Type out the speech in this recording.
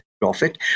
profit